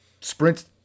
sprints